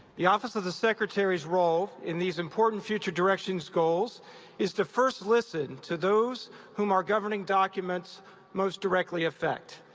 the office of the secretary's role in these important future directions goals is to first listen to those whom our governing documents most directly affect.